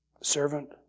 Servant